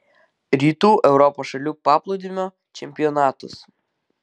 rytų europos šalių paplūdimio čempionatus